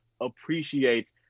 appreciates